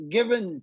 Given